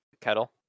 kettle